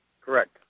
Correct